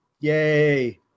yay